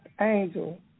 angel